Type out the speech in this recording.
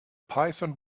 python